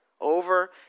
over